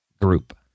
group